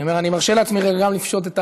אני אומר, אני מרשה לעצמי רגע גם לפשוט,